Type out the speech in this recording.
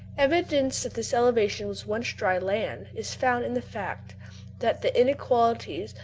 evidence that this elevation was once dry land is found in the fact that the inequalities,